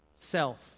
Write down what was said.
Self